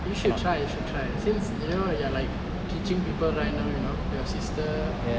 you should try you should try since you know you are like teaching people right now you know your sister